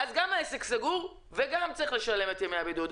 ואז גם העסק סגור וגם צריך לשלם את ימי הבידוד.